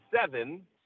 seven